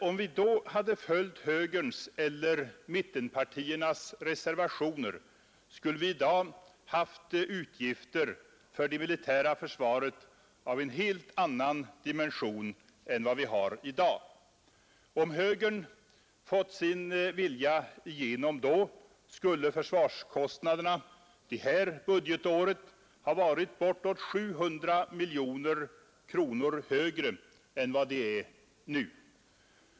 Om vi då hade följt högerns eller mittenpartiernas reservationer, skulle vi i dag haft utgifter för det militära försvaret av en helt annan dimension än vad vi har i dag. Om högern fått sin vilja igenom då, skulle försvarskostnaderna det här budgetåret ha varit bortåt 700 miljoner kronor högre än vad de är nu.